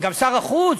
וגם שר החוץ,